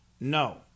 No